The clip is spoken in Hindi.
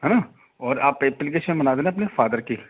है ना और आप एप्लिकेशन बना देना अपने फ़ादर की